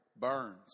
burns